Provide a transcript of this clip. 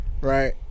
Right